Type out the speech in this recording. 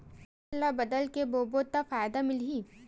फसल ल बदल के बोबो त फ़ायदा मिलही?